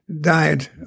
died